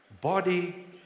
Body